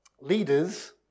leaders